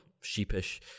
sheepish